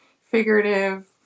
figurative